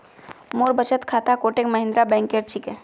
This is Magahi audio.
मोर बचत खाता कोटक महिंद्रा बैंकेर छिके